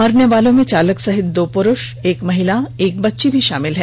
मरने वालों में चालक सहित दो पुरुष एक महिला और एक बच्ची शामिल है